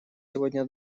сегодня